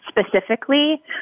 specifically